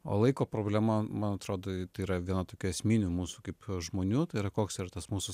o laiko problema man atrodo tai yra viena tokių esminių mūsų kaip žmonių tai yra koks tvirtas mūsų